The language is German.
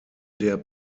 der